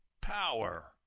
power